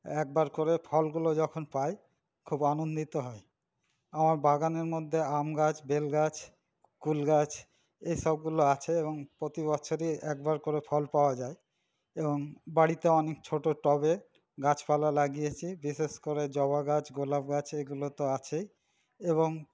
একবার করে ফলগুলো যখন পাই খুব আনন্দিত হয় আমার বাগানের মধ্যে আম গাছ বেল গাছ কুল গাছ এসবগুলো আছে এবং প্রতি বছরই একবার করে ফল পাওয়া যায় এবং বাড়িতে অনেক ছোটো টবে গাছপালা লাগিয়েছি বিশেষ করে জবা গাছ গোলাপ গাছ এগুলো তো আছেই এবং